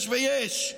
יש ויש.